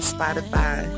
Spotify